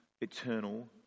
eternal